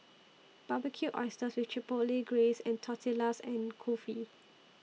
Barbecued Oysters with Chipotle Glaze Tortillas and Kulfi